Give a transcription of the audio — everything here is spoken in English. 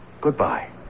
Goodbye